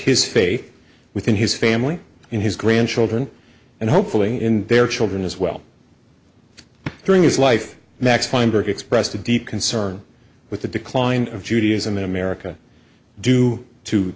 his faith within his family in his grandchildren and hopefully in their children as well during his life max feinberg expressed a deep concern with the decline of judaism in america due to